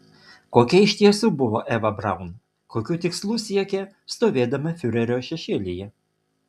kokia iš tiesų buvo eva braun kokių tikslų siekė stovėdama fiurerio šešėlyje